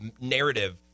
narrative